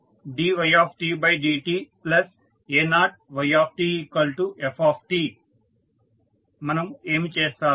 a1dytdta0yt ft మనము ఏమి చేస్తాము